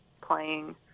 playing